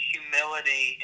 Humility